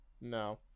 No